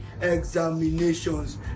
examinations